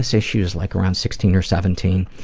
ah say she was like around sixteen or seventeen,